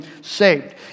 saved